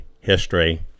history